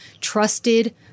trusted